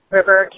River